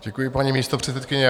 Děkuji, paní místopředsedkyně.